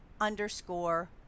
underscore